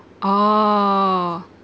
oh